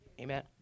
Amen